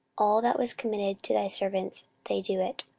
all that was committed to thy servants, they do it.